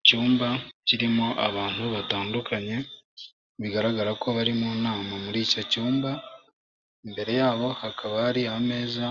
Icyumba kirimo abantu batandukanye, bigaragara ko bari mu nama muri icyo cyumba, imbere yabo hakaba hari ameza